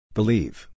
Believe